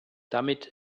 damit